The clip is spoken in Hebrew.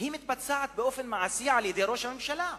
מתבצעת באופן מעשי על-ידי ראש הממשלה,